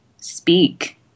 speak